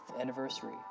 anniversary